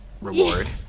reward